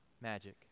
magic